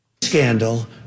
scandal